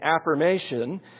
affirmation